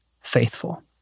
faithful